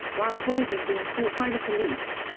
while avoiding being caught by the police.